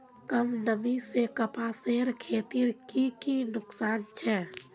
कम नमी से कपासेर खेतीत की की नुकसान छे?